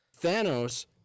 Thanos